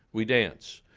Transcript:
we dance.